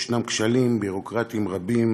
יש כשלים ביורוקרטיים רבים